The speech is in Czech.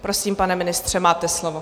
Prosím, pane ministře, máte slovo.